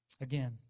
Again